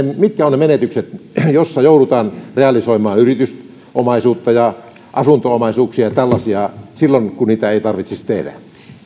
mitkä ovat ne menetykset kun joudutaan realisoimaan yritysomaisuutta ja asunto omaisuuksia ja tällaisia verrattuna siihen että sitä ei tarvitsisi tehdä